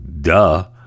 Duh